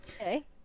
Okay